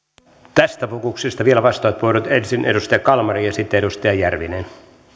tästä fokuksesta vielä vastauspuheenvuorot ensin edustaja kalmari ja sitten edustaja järvinen